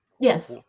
Yes